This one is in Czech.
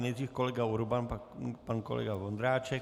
Nejdřív kolega Urban, pak pan kolega Vondráček.